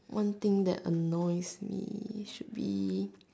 one thing that annoys me should be